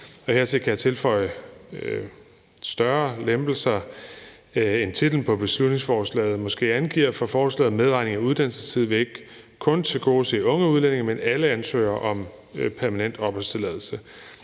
Hertil kan jeg tilføje, at det er større lempelser end titlen på beslutningsforslaget måske angiver, for forslagets medregning af uddannelsestid vil ikke kun tilgodese unge udlændinge, men alle ansøgere om permanent opholdstilladelse.